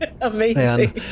Amazing